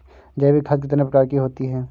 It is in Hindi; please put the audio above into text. जैविक खाद कितने प्रकार की होती हैं?